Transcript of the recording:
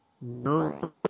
No